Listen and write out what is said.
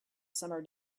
summer